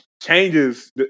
changes